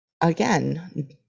again